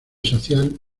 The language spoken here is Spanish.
social